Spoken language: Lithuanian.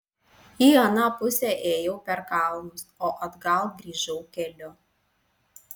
į aną pusę ėjau per kalnus o atgal grįžau keliu